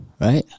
right